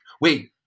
Wait